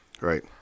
Right